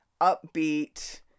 upbeat